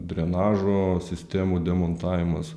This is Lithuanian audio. drenažo sistemų demontavimas